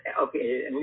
okay